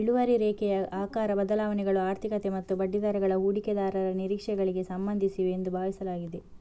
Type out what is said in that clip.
ಇಳುವರಿ ರೇಖೆಯ ಆಕಾರ ಬದಲಾವಣೆಗಳು ಆರ್ಥಿಕತೆ ಮತ್ತು ಬಡ್ಡಿದರಗಳ ಹೂಡಿಕೆದಾರರ ನಿರೀಕ್ಷೆಗಳಿಗೆ ಸಂಬಂಧಿಸಿವೆ ಎಂದು ಭಾವಿಸಲಾಗಿದೆ